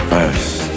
First